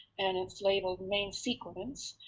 and it's labeled main sequence,